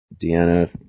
Deanna